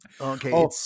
Okay